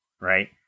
Right